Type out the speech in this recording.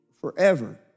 forever